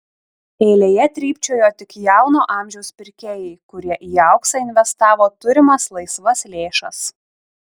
eilėje trypčiojo tik jauno amžiaus pirkėjai kurie į auksą investavo turimas laisvas lėšas